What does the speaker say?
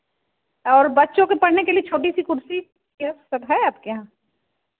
और बच्चों के पढ़ने के लिए छोटी सी कुर्सी क्या सब है आपके यहाँ